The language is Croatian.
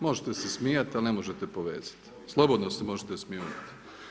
Možete se smijati ali ne možete povezati, slobodno se možete smijuljit.